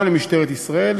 גם למשטרת ישראל,